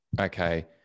okay